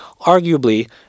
arguably